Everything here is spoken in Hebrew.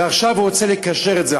ועכשיו הוא רוצה לקשר את זה,